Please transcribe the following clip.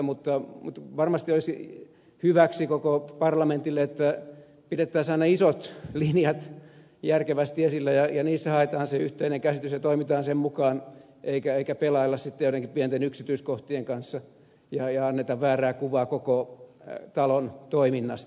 mutta varmasti olisi hyväksi koko parlamentille että pidettäisiin aina isot linjat järkevästi esillä ja niissä haetaan se yhteinen käsitys ja toimitaan sen mukaan eikä pelailla sitten joidenkin pienten yksityiskohtien kanssa ja anneta väärää kuvaa koko talon toiminnasta